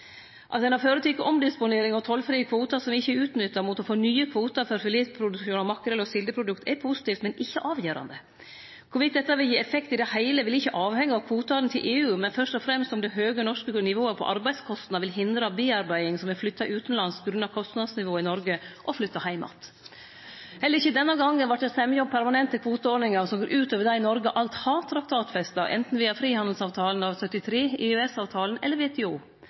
At ein har gjort ei omdisponering av tollfrie kvotar som ikkje er utnytta, mot å få nye kvotar for filetproduksjon av makrell- og sildeprodukt, er positivt, men ikkje avgjerande. Om dette vil gi effekt i det heile, vil ikkje avhenge av kvotane til EU, men fyrst og fremst av om det høge norske nivået på arbeidskostnad vil hindre tilarbeiding som er flytta utanlands på grunn av kostnadsnivået i Noreg, i å flytte heim att. Heller ikkje denne gongen vart det semje om permanente kvoteordningar som går ut over dei Noreg alt har traktatfesta, anten via frihandelsavtalen av 1973, EØS-avtalen eller